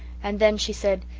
and then she said,